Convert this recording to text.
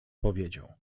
powiedział